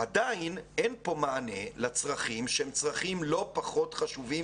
עדיין אין כאן מענה לצרכים שהם צרכים לא פחות חשובים,